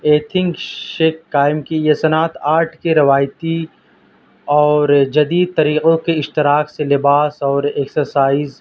ethnic chic قائم کی یہ صنعت آرٹ کے روایتی اور جدید طریقوں کے اشتراک سے لباس اور ایکسرسائز